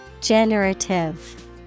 Generative